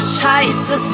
Scheiße